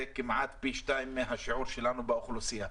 שזה כמעט פי שניים מהשיעור שלנו באוכלוסייה.